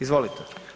Izvolite.